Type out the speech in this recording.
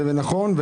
זה נכון.